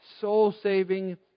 soul-saving